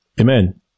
Amen